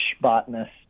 botanist